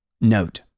Note